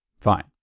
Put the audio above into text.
Fine